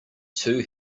two